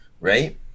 right